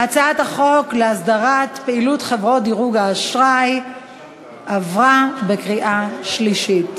הצעת החוק להסדרת פעילות חברות דירוג האשראי עברה בקריאה שלישית.